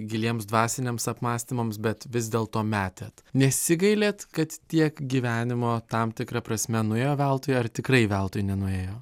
giliems dvasiniams apmąstymams bet vis dėlto metėt nesigailit kad tiek gyvenimo tam tikra prasme nuėjo veltui ar tikrai veltui nenuėjo